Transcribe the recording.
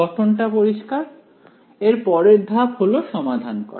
গঠনটা পরিষ্কার এর পরের ধাপ হল সমাধান করা